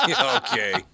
Okay